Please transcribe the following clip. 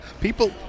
People